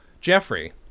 Jeffrey